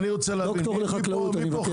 ד"ר לחקלאות, אני מבקש.